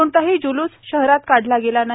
कोणताही जुलूस शहरात काढला गेला नाही